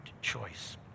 choice